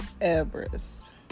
Everest